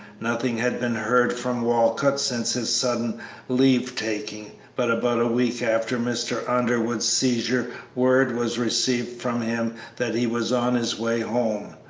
nothing had been heard from walcott since his sudden leave-taking, but about a week after mr. underwood's seizure word was received from him that he was on his way home.